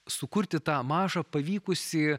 sukurti tą mažą pavykusį